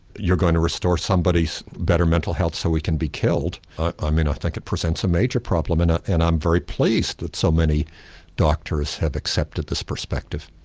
you're going to restore somebody to better mental health so he can be killed, i mean i think it presents a major problem and and i'm very pleased that so many doctors have accepted this perspective.